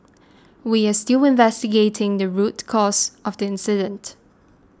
we are still investigating the root cause of the incident